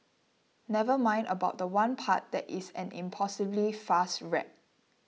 never mind about the one part that is an impossibly fast rap